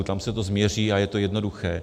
Tam se to změří a je to jednoduché.